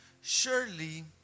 Surely